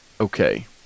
Okay